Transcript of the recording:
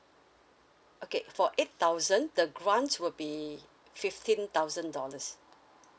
okay for eight thousand the grant will be fifteen thousand dollars